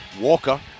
Walker